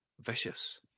vicious